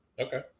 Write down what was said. Okay